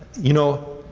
you know,